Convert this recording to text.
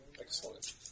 Excellent